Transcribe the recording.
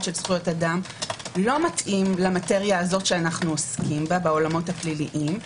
של זכויות אדם לא מתאים למטריה הזו שאנו עוסקים בה בעולמות הפליליים.